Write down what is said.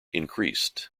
increased